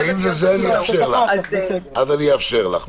אם זה זה, אני אאפשר לך.